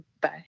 Bye